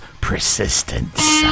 Persistence